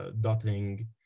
dotting